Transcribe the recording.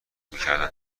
میکردند